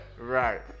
Right